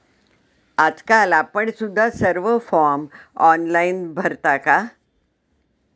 आजकाल आपण सुद्धा सर्व फॉर्म ऑनलाइन भरता का?